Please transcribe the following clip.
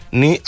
ni